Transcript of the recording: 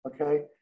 Okay